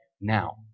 now